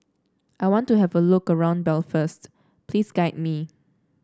I want to have a look around Belfast please guide me